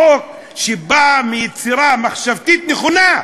חוק שבא מיצירה מחשבתית נכונה,